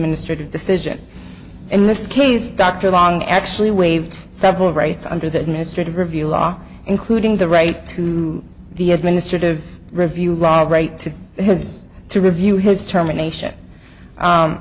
minister to decision in this case dr long actually waived several rights under the administrative review law including the right to the administrative review law great to has to review his termination